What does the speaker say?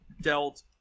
dealt